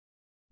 BA